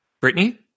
Brittany